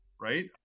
Right